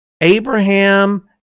Abraham